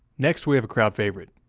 next we have a crowd favorite,